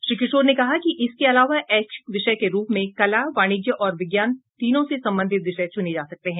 श्री किशोर ने कहा कि इसके अलावा ऐच्छिक विषय के रूप में कला वाणिज्य और विज्ञान तीनों से संबंधित विषय चूने जा सकते हैं